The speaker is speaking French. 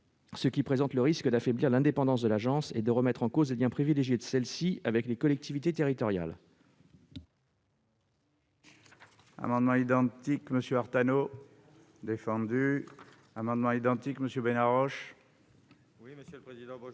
Cela présente le risque d'affaiblir l'indépendance de l'Ademe et de remettre en cause les liens privilégiés que celle-ci entretient avec les collectivités territoriales.